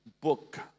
book